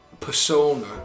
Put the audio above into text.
persona